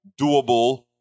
doable